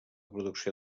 producció